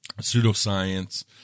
pseudoscience